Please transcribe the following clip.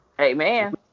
Amen